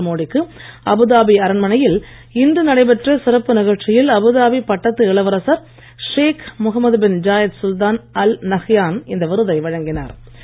நரேந்திரமோடி க்கு அபுதாபி அரண்மனையின் இன்று நடைபெற்ற சிறப்பு நிகழ்ச்சியில் அபுதாபி பட்டத்து இளவரசர் Sheikh Mohammed bin Zayed Sultan Al Nahyan இந்த விருதை வழங்கினார்